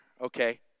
okay